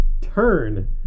turn